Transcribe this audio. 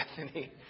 Bethany